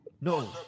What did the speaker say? No